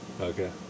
Okay